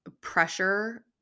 pressure